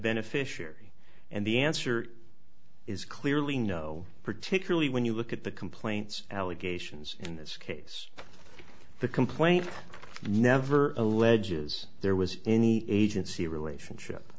beneficiary and the answer is clearly no particularly when you look at the complaints allegations in this case the complaint never alleges there was any agency relationship